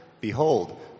Behold